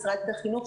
משרד החינוך,